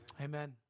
Amen